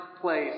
place